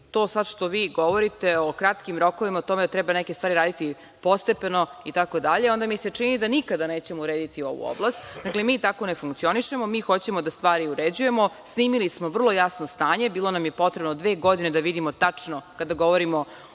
to sad što vi govorite o kratkim rokovima, o tome da treba neke stvari raditi postepeno itd, onda mi se čini da nikada nećemo urediti ovu oblast. Dakle, mi tako ne funkcionišemo, mi hoćemo da stvari uređujemo. Snimili smo vrlo jasno stanje, bilo nam je potrebno dve godine da vidimo tačno kada govorimo